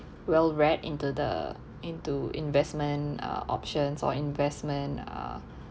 well read into the into investment uh options or investment uh